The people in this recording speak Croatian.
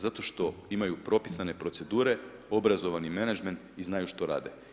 Zato što imaju propisane procedure, obrazovani menadžment i znaju što rade.